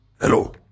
Hello